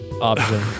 option